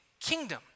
kingdom